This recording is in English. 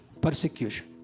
persecution